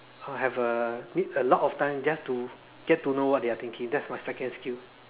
uh have uh need a lot time just to get to know what they are thinking that's my second skill